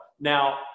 Now